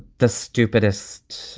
the stupidest,